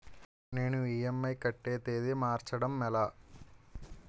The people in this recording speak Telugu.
నేను ఇ.ఎం.ఐ కట్టే తేదీ మార్చడం ఎలా?